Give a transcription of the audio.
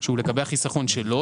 שהוא לגבי החיסכון שלו,